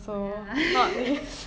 ya